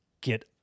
get